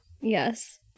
Yes